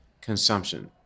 consumption